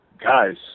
guys